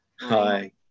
Hi